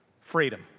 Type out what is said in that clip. Freedom